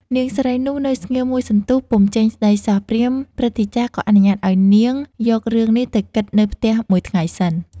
នាងស្រីនោះ នៅស្ងៀមមួយសន្ទុះ ពុំចេញស្តីសោះ ព្រាហ្មណ៍ព្រឹទ្ធាចារ្យ ក៏អនុញ្ញាតឲ្យនាងយករឿងនេះទៅគិតនៅផ្ទះមួយថ្ងៃសិន។